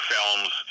Films